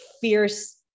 fierce